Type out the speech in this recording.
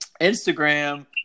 Instagram